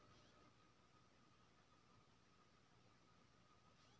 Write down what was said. रबी फसल के समय अक्टूबर से फरवरी के दौरान होय हय